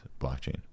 blockchain